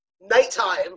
nighttime